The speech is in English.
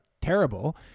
terrible